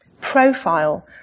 Profile